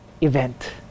event